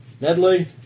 Nedley